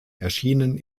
erschienen